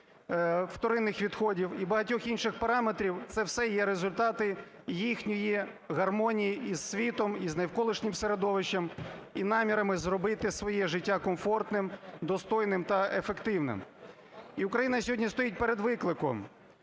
вторинних відходів і багатьох інших параметрів – це все є результати їхньої гармонії із світом, із навколишнім середовищем і намірами зробити своє життя комфортним, достойним та ефективним. І Україна сьогодні стоїть перед викликом: